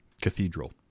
cathedral